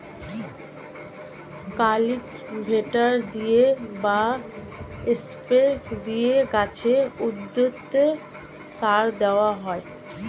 cultivator দিয়ে বা spray দিয়ে গাছে, উদ্ভিদে সার দেওয়া হয়